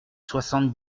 soixante